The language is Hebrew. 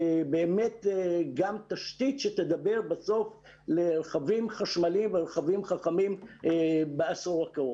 גם תשתית שתדבר בסוף לרכבים חשמליים ולרכבים חכמים בעשור הקרוב.